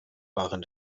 waren